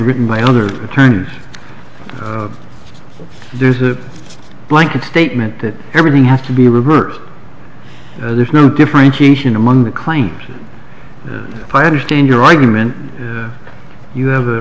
written by other attorney there's a blanket statement that everything have to be reversed there's no differentiation among the claims i understand your argument you have an